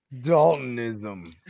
daltonism